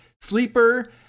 Sleeper